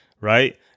right